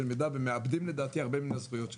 מידע ומאבדים לדעתי הרבה מן הזכויות שלהם.